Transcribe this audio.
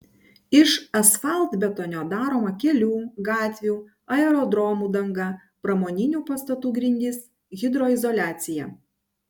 iš asfaltbetonio daroma kelių gatvių aerodromų danga pramoninių pastatų grindys hidroizoliacija